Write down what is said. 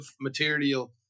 material